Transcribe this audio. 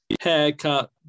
haircut